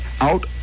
out